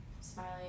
smiling